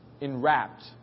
Enwrapped